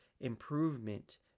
improvement